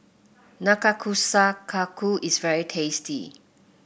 Nanakusa Kaku is very tasty